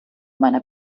meiner